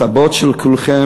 הסבים של כולכם